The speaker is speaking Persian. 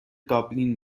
دابلین